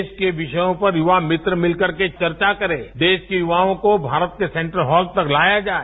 देश के विषयों पर युवा मित्र मिलकर के चर्चा करे देश के युवाओं को भारत के सेंट्रल हॉल तक लाया जाये